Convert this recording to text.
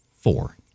Four